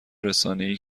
رسانهای